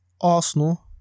Arsenal